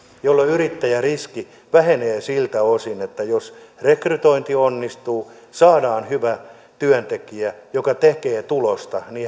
jolloin yrittäjäriski vähenee siltä osin että jos rekrytointi onnistuu ja saadaan hyvä työntekijä joka tekee tulosta niin